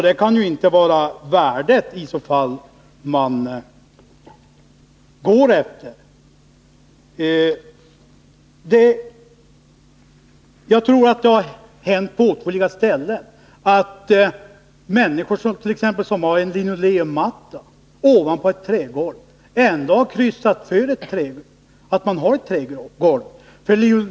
Det kan alltså inte vara värdet man går efter. Jag tror att åtskilliga människor som har en linoleummatta ovanpå ett trägolv ändå kryssat för att de har ett trägolv.